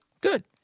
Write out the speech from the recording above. Good